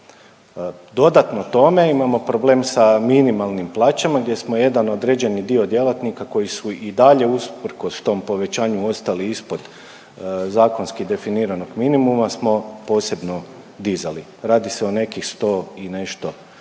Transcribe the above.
Dodatno tome imamo problem sa minimalnim plaćama, gdje smo jedan određeni dio djelatnika koji su i dalje usprkos tom povećanju ostali ispod zakonski definiranog minimuma smo posebno dizali. Radi se o nekih 100 i nešto